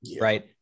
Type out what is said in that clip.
right